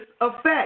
effect